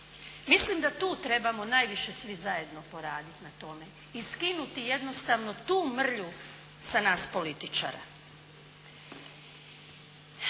Mislim da tu trebamo najviše svi zajedno poraditi na tome i skinuti jednostavno tu mrlju sa nas političara.